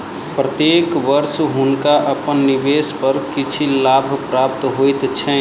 प्रत्येक वर्ष हुनका अपन निवेश पर किछ लाभ प्राप्त होइत छैन